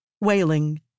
wailing